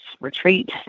retreat